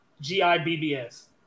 G-I-B-B-S